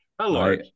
Hello